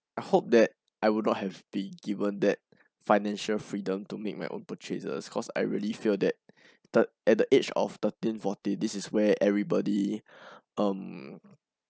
I hope that I would not have be given that financial freedom to make my own purchases cause I really feel that the at the age of thirteen fourteen this is where everybody um